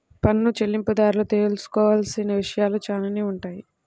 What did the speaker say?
పన్ను చెల్లింపుదారులు తెలుసుకోవాల్సిన విషయాలు చాలానే ఉంటాయి